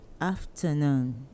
afternoon